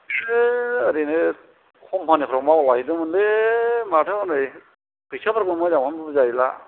ओरैनो कम्पानिफ्राव मावला हैदोंमोनलै माथो हनै फैसाफोरखौनो मोजांखौनो बुजायला